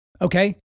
Okay